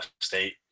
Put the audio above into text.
State